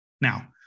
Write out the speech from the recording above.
Now